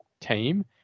team